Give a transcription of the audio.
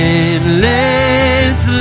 endless